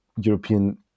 European